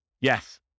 Yes